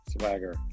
Swagger